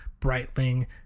Breitling